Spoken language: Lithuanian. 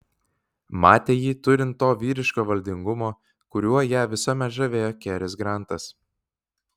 matė jį turint to vyriško valdingumo kuriuo ją visuomet žavėjo keris grantas